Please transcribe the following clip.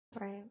right